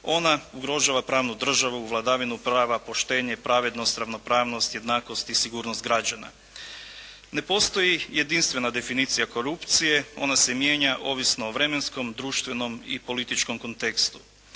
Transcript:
Ona ugrožava pravnu državu, vladavinu prava, poštenja i pravednost, ravnopravnost, jednakost i sigurnost građana. Ne postoji jedinstvena definicija korupcije, ona se mijenja ovisno o vremenskom, društvenom i političkom kontekstu.